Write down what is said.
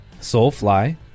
Soulfly